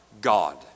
God